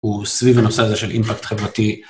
וסביב לנושא הזה של אימפקט חברתי.